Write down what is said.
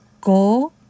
go